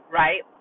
right